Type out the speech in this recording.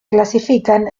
clasifican